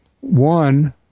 one